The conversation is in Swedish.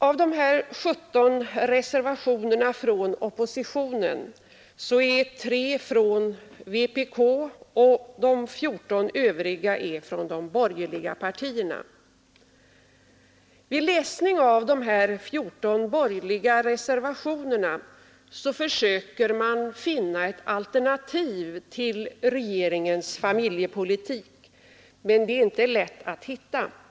Av de nämnda 17 reservationerna från oppositionen är 3 från vpk och de 14 övriga från de borgerliga partierna. Vid läsningen av de här 14 borgerliga reservationerna försöker man finna ett alternativ till regeringens familjepolitik, men det är inte lätt att hitta något sådant.